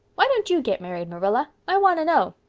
why don't you get married, marilla? i want to know.